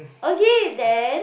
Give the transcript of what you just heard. okay then